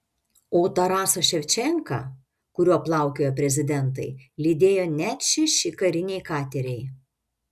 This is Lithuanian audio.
o tarasą ševčenką kuriuo plaukiojo prezidentai lydėjo net šeši kariniai kateriai